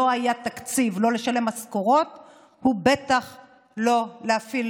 לא היה תקציב לשלם משכורות ובטח לא להפעיל